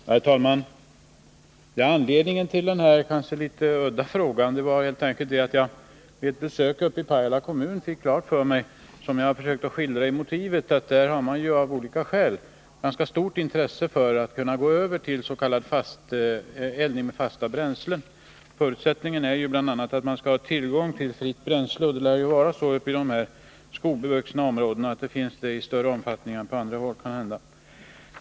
Herr talman! Anledningen till den här kanske litet udda frågan var helt enkelt att jag vid ett besök i Pajala kommun fick klart för mig — som jag har försökt att skildra i motiveringen — att man där av olika skäl har ganska stort intresse för att kunna gå över till eldning med fasta bränslen. Förutsättningen är att man bl.a. skall ha tillgång till fritt bränsle. Och uppe i dessa skogbevuxna områden lär det vara så att det finns sådant i kanhända större omfattning än på andra håll.